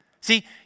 See